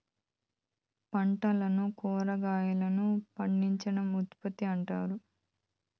పంటలను కురాగాయలను పండించడం ఉత్పత్తి అంటారు